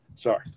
Sorry